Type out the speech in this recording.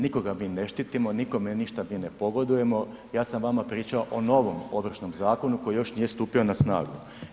Nikoga mi ne štitimo, nikome ništa mi ne pogodujemo, ja sam vama pričao o novom Ovršnom zakonu koji još nije stupio na snagu.